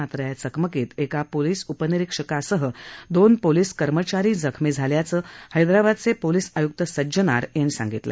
मात्र या चकमकीत एका पोलिसउपनिरिक्षकासह दोन पोलीस कर्मचारी जखमी झाल्याचं हैद्राबादचे पोलीस आयुक सज्जनार यांनी सांगितलं